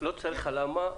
לא צריך הלאמה,